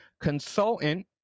Consultant